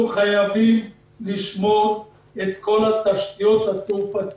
אנחנו חייבים לשמור את כל תשתיות התעופה